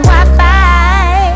Wi-Fi